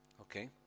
Okay